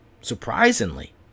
Surprisingly